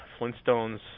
Flintstones